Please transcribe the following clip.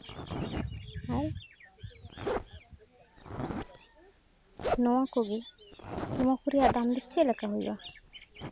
ᱱᱚᱣᱟ ᱠᱚᱜᱮ ᱱᱚᱣᱟ ᱠᱚ ᱨᱮᱭᱟᱜ ᱫᱟᱢ ᱫᱚ ᱪᱮᱫᱞᱮᱠᱟ ᱦᱩᱭᱩᱜᱼᱟ